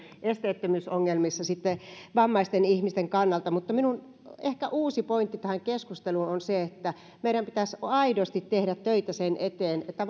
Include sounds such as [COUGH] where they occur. esteettömyysongelmissa vammaisten ihmisten kannalta ehkä uusi pointti tähän keskusteluun on se että meidän pitäisi aidosti tehdä töitä sen eteen että [UNINTELLIGIBLE]